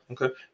Okay